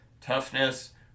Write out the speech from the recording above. toughness